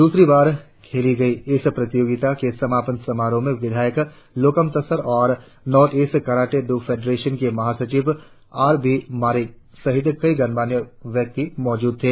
दूसरी बार खेली गयी इस प्रतियोगिता के समापन समारोह में विधायक लोकम तासार और north east karate do federation के महासचिव आर बी मारिक सहित कई गणमान्य व्यक्ति मौजूद थे